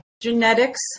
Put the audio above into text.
Genetics